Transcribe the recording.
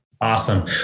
Awesome